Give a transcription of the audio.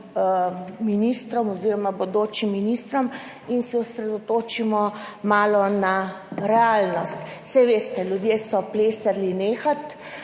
ministrom oz. bodočim ministrom in se osredotočimo malo na realnost. Saj veste, ljudje so plesali nehati,